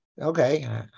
okay